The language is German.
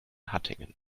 hattingen